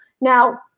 Now